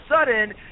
sudden